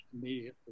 immediately